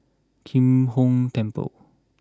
Kim Hong Temple